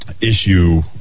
issue